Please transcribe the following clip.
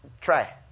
try